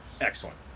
excellent